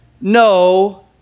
no